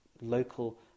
local